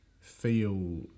feel